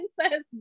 princess